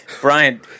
Brian